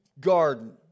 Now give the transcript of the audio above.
garden